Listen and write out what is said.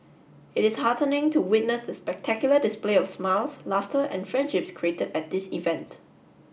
it is heartening to witness the spectacular display of smiles laughter and friendships created at this event